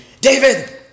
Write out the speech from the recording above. David